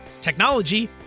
technology